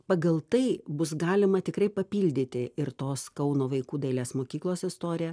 pagal tai bus galima tikrai papildyti ir tos kauno vaikų dailės mokyklos istoriją